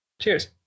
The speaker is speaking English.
cheers